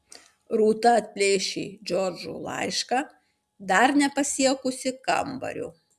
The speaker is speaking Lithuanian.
rūta atplėšė džordžo laišką dar nepasiekusi kambario